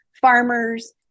farmers